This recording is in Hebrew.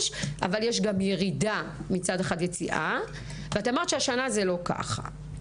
אבל יש גם ירידה והוספת שהשנה זה לא ככה.